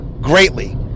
greatly